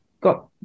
got